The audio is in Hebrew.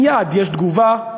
מייד יש תגובה,